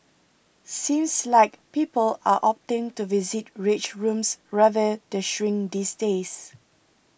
seems like people are opting to visit rage rooms rather the shrink these days